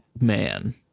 man